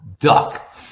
duck